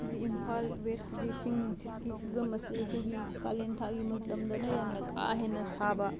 ꯑꯩꯈꯣꯏꯒꯤ ꯏꯝꯐꯥꯜ ꯋꯦꯁꯇꯗꯤ ꯏꯁꯤꯡ ꯅꯨꯡꯁꯤꯠꯀꯤ ꯐꯤꯕꯝ ꯑꯁꯤ ꯑꯩꯈꯣꯏꯒꯤ ꯀꯥꯂꯦꯟꯊꯥꯒꯤ ꯃꯇꯝꯗꯅ ꯌꯥꯝꯅ ꯀꯥꯥ ꯍꯦꯟꯅ ꯁꯥꯕ